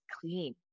clean